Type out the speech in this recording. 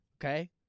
okay